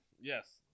Yes